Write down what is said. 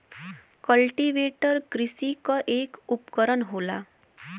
cultivator कृषि क एक उपकरन होला